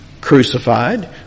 Crucified